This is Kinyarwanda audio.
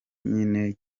nyene